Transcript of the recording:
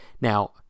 Now